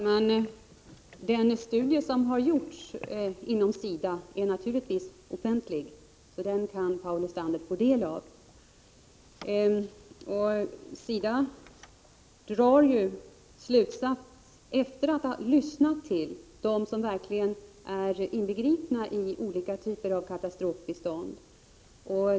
Herr talman! Den studie som har gjorts inom SIDA är naturligtvis offentlig, så den kan Paul Lestander få del av. SIDA drar sin slutsats efter att ha lyssnat till dem som verkligen är inbegripna i olika typer av katastrofbistånd.